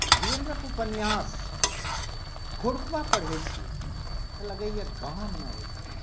धीरेन्द्रक उपन्यास भोरुकवा पढ़ैत छी तऽ लगैए गाममे आबि गेलहुँ हेँ